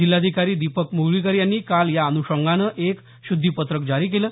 जिल्हाधिकारी दीपक म्गळीकर यांनी काल या अनुषंगानं एक शुद्धीपत्रक जारी केलं